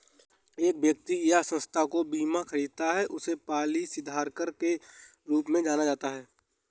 एक व्यक्ति या संस्था जो बीमा खरीदता है उसे पॉलिसीधारक के रूप में जाना जाता है